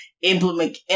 implement